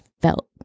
felt